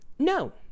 No